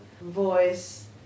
voice